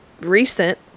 recent